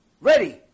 ready